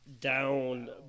down